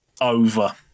Over